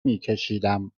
میکشیدم